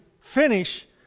finish